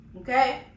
Okay